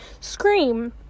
scream